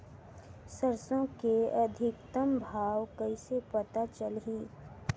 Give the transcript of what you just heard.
सरसो के अधिकतम भाव कइसे पता चलही?